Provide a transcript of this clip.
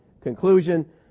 conclusion